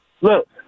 Look